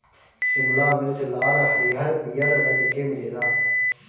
शिमला मिर्च लाल, हरिहर, पियर रंग के मिलेला